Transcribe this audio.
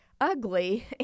ugly